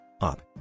Up